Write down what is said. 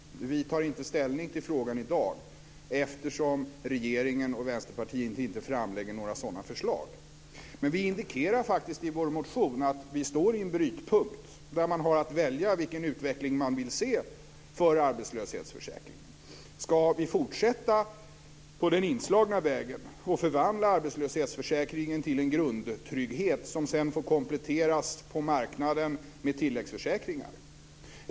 Vi tar inte ställning till frågan i dag, eftersom regeringen och Vänsterpartiet inte framlägger några sådana förslag. Men vi indikerar faktiskt i vår motion att vi står vid en brytpunkt där man har att välja vilken utveckling man vill se för arbetslöshetsförsäkringen. Ska vi fortsätta på den inslagna vägen och förvandla arbetslöshetsförsäkringen till en grundtrygghet som sedan får kompletteras på marknaden med tilläggsförsäkringar?